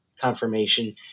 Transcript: confirmation